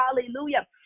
hallelujah